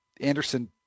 Anderson